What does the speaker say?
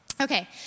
Okay